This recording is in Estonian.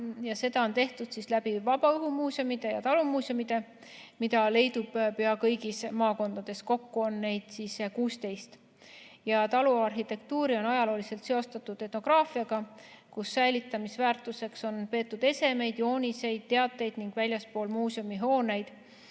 Seda on tehtud vabaõhumuuseumide ja talumuuseumidega, mida leidub pea kõigis maakondades, ja kokku on neid 16. Taluarhitektuuri on ajalooliselt seostatud etnograafiaga, kus säilitamisväärtuseks on peetud esemeid, jooniseid ja teateid. Väljaspool muuseumihooneid